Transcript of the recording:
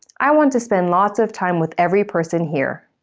i want to spend lots of time with every person here.